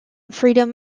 freedom